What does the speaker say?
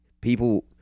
People